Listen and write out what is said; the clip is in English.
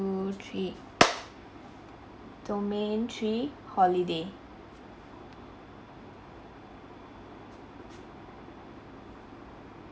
~o three domain three holiday